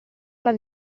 alla